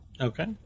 Okay